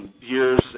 years